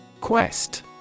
Quest